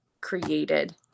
created